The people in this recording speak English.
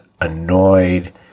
annoyed